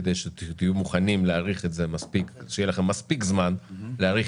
כדי שיהיה לכם מספיק זמן להאריך.